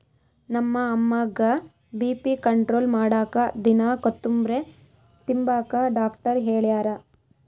ನಮ್ಮ ಅಮ್ಮುಗ್ಗ BP control ಮಾಡಾಕ ದಿನಾ ಕೋತುಂಬ್ರೆ ತಿಂಬಾಕ ಡಾಕ್ಟರ್ ಹೆಳ್ಯಾರ